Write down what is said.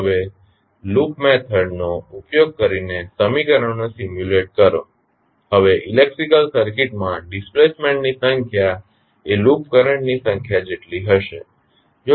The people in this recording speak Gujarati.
હવે લૂપ મેથડ નો ઉપયોગ કરીને સમીકરણોને સિમ્યુલેટ કરો હવે ઇલેક્ટ્રિકલ સર્કિટમાં ડિસ્પ્લેસમેન્ટની સંખ્યા એ લૂપ કરંટની સંખ્યા જેટલી હશે